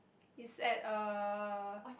is at err